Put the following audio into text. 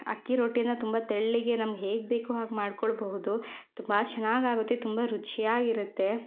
ಅಕ್ಕಿ ರೊಟ್ಟಿನ ತುಂಬ ತೆಳ್ಳಗೆ ನಮ್ಗೆ ಹೇಗೆ ಬೇಕೋ ಹಾಗೆ ಮಾಡ್ಕೊಳ್ಳಬಹುದು ತುಂಬ ಚೆನ್ನಾಗಾಗುತ್ತೆ ತುಂಬ ರುಚಿಯಾಗಿರತ್ತೆ